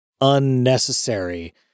unnecessary